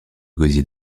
gosier